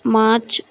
March